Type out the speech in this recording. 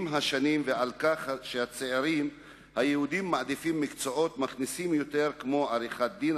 השנים ושהצעירים היהודים מעדיפים מקצועות מכניסים יותר כמו עריכת-דין,